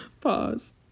Pause